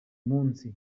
munsi